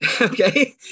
okay